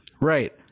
Right